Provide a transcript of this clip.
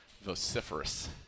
vociferous